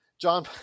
John